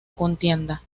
contienda